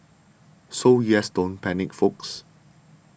so yes don't panic folks